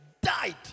died